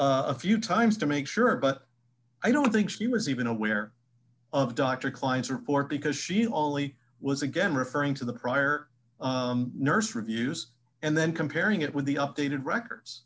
a few times to make sure but i don't think she was even aware of dr klein's report because she only was again referring to the prior nurse reviews and then comparing it with the updated records